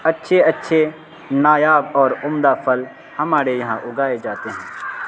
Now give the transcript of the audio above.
اچھے اچھے نایاب اور عمدہ پھل ہمارے یہاں اگائے جاتے ہیں